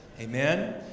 amen